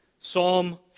Psalm